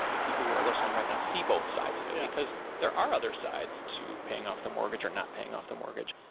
the people who are listening right now see both sides of it because there are other sides to paying off the mortgage or not paying off the mortgage.